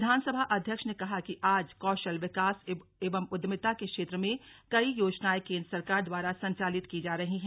विधानसभा अध्यक्ष ने कहा कि आज कौशल विकास एवं उद्यमिता के क्षेत्र में कई योजनाएं केंद्र सरकार द्वारा संचालित की जा रही है